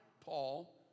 Paul